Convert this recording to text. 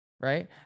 right